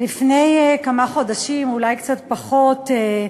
לפני כמה חודשים, אולי קצת פחות,